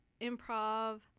improv